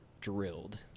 drilled